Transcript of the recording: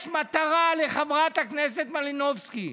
יש מטרה לחברת הכנסת מלינובסקי,